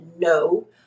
no